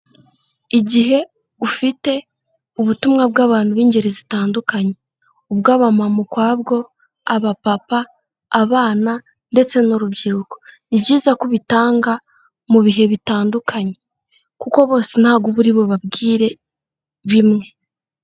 Igihe ufite ubutumwa bw'abantu b'ingeri zitandukanye, ubw'abamama ukwabwo, abapapa, abana ndetse n'urubyiruko, ni byiza ko ubitanga mu bihe bitandukanye, kuko bose ntago uba uri bubabwire bimwe.